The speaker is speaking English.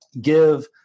give